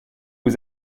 was